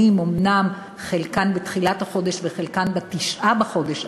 אומנם לפעמים חלקן בתחילת החודש וחלקן ב-9 בחודש,